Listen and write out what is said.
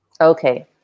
Okay